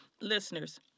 Listeners